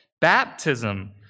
baptism